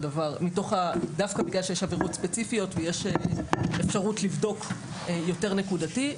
דווקא בגלל שיש עבירות ספציפיות ויש אפשרות לבדוק יותר נקודתי.